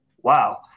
wow